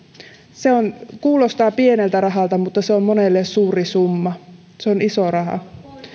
se kuulostaa pieneltä rahalta mutta se on monelle suuri summa se on iso raha